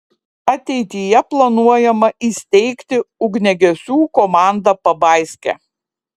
ateityje planuojama įsteigti ugniagesių komandą pabaiske